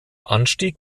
anstieg